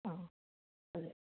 సరే